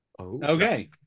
okay